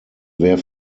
wer